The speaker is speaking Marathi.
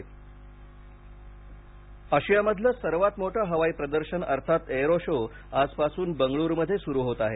एअरो शो आशियामधलं सर्वात मोठं हवाई प्रदर्शन अर्थात एअरो शो आजपासून बंगळूरूमध्ये सुरू होत आहे